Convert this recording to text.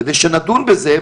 כדי שנדון בזה,